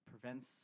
prevents